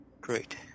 Great